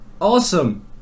awesome